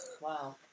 Wow